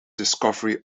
discovery